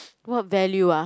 what value ah